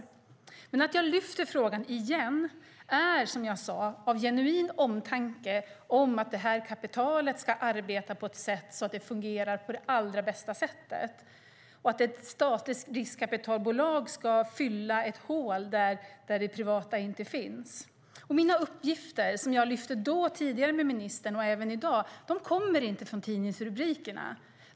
Anledningen till att jag lyfter fram frågan igen är genuin omtanke om att kapitalet ska arbeta på det sätt som gör att det fungerar allra bäst. Ett statligt riskkapitalbolag ska fylla ett hål där det privata inte finns. Mina uppgifter, som jag har lyft fram tidigare med ministern och även i dag, kommer inte från tidningsrubrikerna.